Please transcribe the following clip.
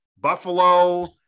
Buffalo